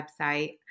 website